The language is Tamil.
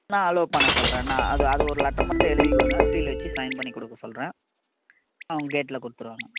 நான் அலோவ் பண்ண சொல்கிறேன் நான் அது அது ஒரு லெட்ர் மட்டும் எழுதி கொடுங்க சீல் வச்சு சைன் பண்ணி கொடுக்க சொல்கிறேன் அவங்க கேட்டில் கொடுத்துடுவாங்க